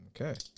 Okay